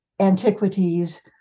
antiquities